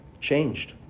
changed